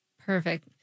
Perfect